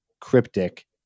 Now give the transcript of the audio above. cryptic